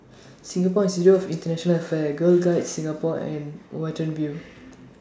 Singapore Institute of International Affairs Girl Guides Singapore and Watten View